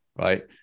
right